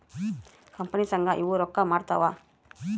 company ಸಂಘ ಇವು ರೊಕ್ಕ ಮಾಡ್ತಾವ